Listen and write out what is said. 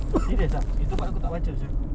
serious ah itu part aku tak baca sia